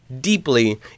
deeply